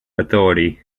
authority